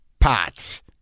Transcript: pots